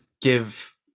give